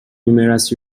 numerous